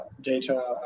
data